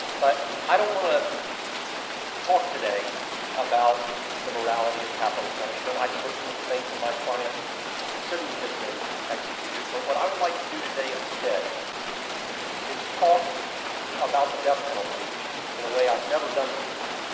but i don't want to talk today about the morality of capital punishment. i certainly think that my client shouldn't have been executed, but what i would like to do today instead is talk about the death penalty in a way i've never done before,